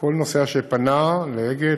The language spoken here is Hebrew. כל נוסע שפנה לאגד,